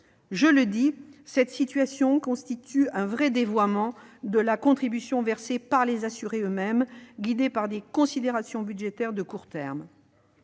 Je le dis : cette situation constitue un vrai dévoiement de la contribution versée par les assurés, dévoiement guidé par des considérations budgétaires de court terme.